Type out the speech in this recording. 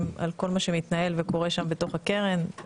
על כל מה שמתנהל וקורה שם בתוך הקרן.